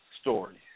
stories